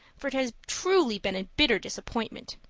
for it has truly been a bitter disappointment.